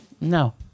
No